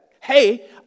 Hey